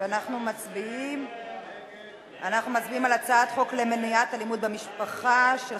אנחנו מצביעים על הצעת חוק למניעת אלימות במשפחה (תיקון,